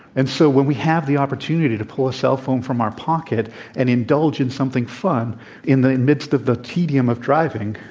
and so, when we have the opportunity to pull a cellphone from our pocket and indulge in something fun in the midst of the tedium of driving,